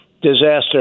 Disaster